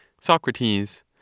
Socrates